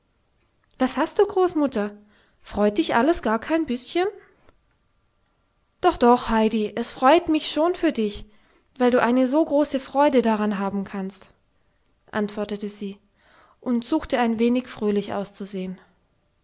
was hast du großmutter freut dich alles gar kein bißchen doch doch heidi es freut mich schon für dich weil du eine so große freude daran haben kannst antwortete sie und suchte ein wenig fröhlich auszusehen